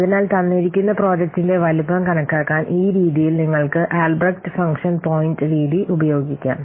അതിനാൽ തന്നിരിക്കുന്ന പ്രോജക്റ്റിന്റെ വലുപ്പം കണക്കാക്കാൻ ഈ രീതിയിൽ നിങ്ങൾക്ക് ആൽബ്രെക്റ്റ് ഫംഗ്ഷൻ പോയിന്റ് രീതി ഉപയോഗിക്കാം